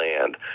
land